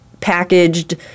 packaged